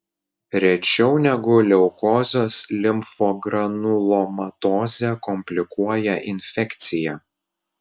rečiau negu leukozės limfogranulomatozę komplikuoja infekcija